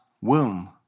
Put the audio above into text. womb